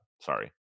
Sorry